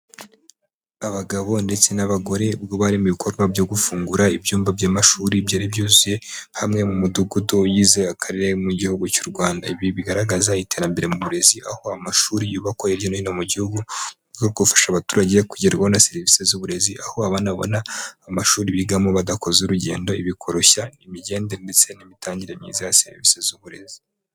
Abagabo ndetse n'abagore ubwo bari mu ibikorwa byo gufungura ibyumba by'amashuri byari byuzuye hamwe mu mudugudu igize akarere mu gihugu cy'u Rwanda. ibi bigaragaza iterambere mu burezi aho amashuri yubakwa hirya no hino mu gihugu no gufasha abaturage kugerwaho na serivisi z'uburezi aho abana babona amashuri bigamo badakoze urugendo, ibi bikoroshya imigendere ndetse n'imitangire myiza ya serivisi z'uburezi.